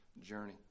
journey